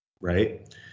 right